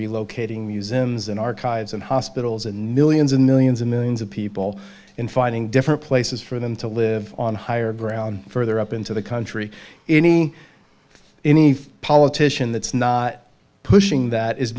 relocating museums and archives and hospitals and millions and millions and millions of people in finding different places for them to live on higher ground further up into the country any any politician that's not pushing that is